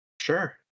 Sure